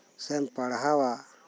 ᱥᱮᱢ ᱯᱟᱲᱦᱟᱣᱟ